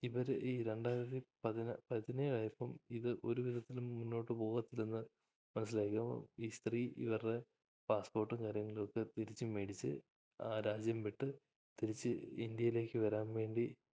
ഇവർ ഈ രണ്ടായിരത്തി പതിനാറ് പതിനേഴായപ്പം ഇത് ഒരു വിധത്തിലും മുന്നോട്ടു പോകത്തില്ലെന്ന് മനസ്സിലാക്കിയപ്പം ഈ സ്ത്രീ ഇവരുടെ പാസ്പോർട്ടും കാര്യങ്ങളൊക്കെ തിരിച്ചുമേടിച്ച് രാജ്യംവിട്ട് തിരിച്ച് ഇന്ത്യയിലേക്ക് വരാൻവേണ്ടി